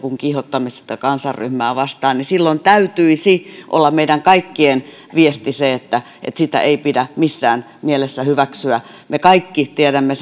kuin kiihottamisesta kansanryhmää vastaan täytyisi olla meidän kaikkien viesti se että sitä ei pidä missään mielessä hyväksyä me kaikki tiedämme